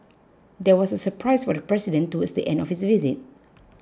there was a surprise for the president towards the end of his visit